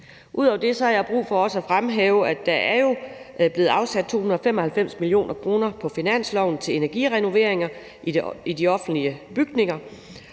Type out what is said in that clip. Ud over det har jeg brug for at fremhæve, at der jo er blevet afsat 295 mio. kr. på finansloven til energirenoveringer i de offentlige bygninger,